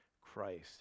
Christ